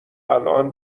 الان